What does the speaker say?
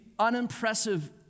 unimpressive